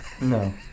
No